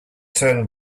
turn